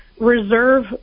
reserve